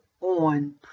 on